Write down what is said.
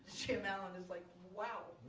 jim allen is like, wow.